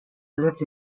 lived